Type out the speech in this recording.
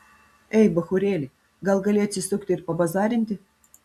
ei bachūrėli gal gali atsisukti ir pabazarinti